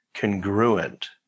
congruent